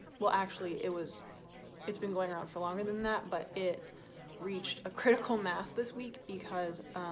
well actually it was it's been going around for longer than that but it reached a critical mass this week because